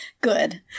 Good